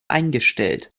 eingestellt